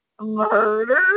murder